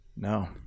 No